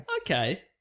Okay